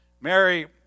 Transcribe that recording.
Mary